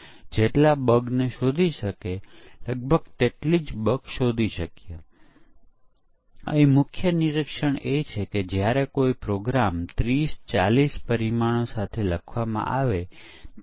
ચાલો કહીએ કે આપણી પાસે લાઇબ્રેરી સોફ્ટવેર છે અને આપણે બુક રીટર્ન કેસ માટે એક પરીક્ષણ કેસ લખવાનો પ્રયાસ કરી રહ્યા છીએ અહી લાઇબ્રેરી ઉદાહરણ લેવામાં આવે છે